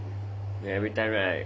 every time right 我们出国 orh